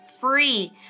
free